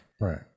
right